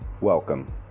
welcome